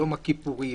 יום הכיפורים,